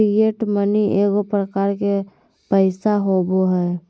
fiat money एगो प्रकार के पैसा होबो हइ